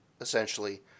essentially